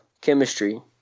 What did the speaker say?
chemistry